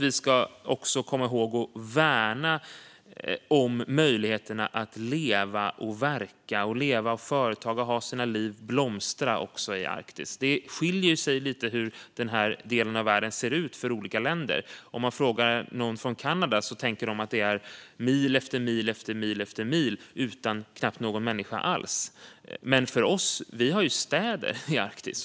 Vi ska också komma ihåg att värna möjligheterna att leva och verka, att ha företag och att blomstra i Arktis. Synen på hur den delen av världen ser ut skiljer sig åt lite mellan olika länder. Någon från Kanada tänker sig mil efter mil utan knappt någon människa alls. Men vi har ju städer i Arktis.